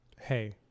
Hey